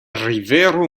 rivero